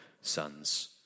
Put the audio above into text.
sons